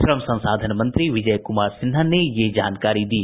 श्रम संसाधन मंत्री विजय कुमार सिन्हा ने यह जानकारी दी